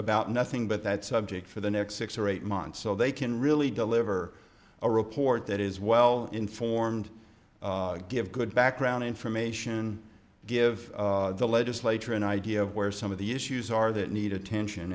about nothing but that subject for the next six or eight months so they can really deliver a report that is well informed give good background information give the legislature an idea of where some of the issues are that need attention